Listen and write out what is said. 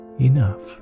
enough